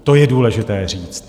To je důležité říct.